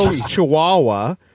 chihuahua